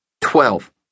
Twelve